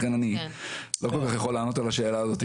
לכן אני לא כל כך יכול לענות על השאלה הזאת.